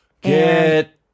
Get